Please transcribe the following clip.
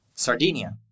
Sardinia